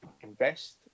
invest